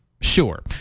Sure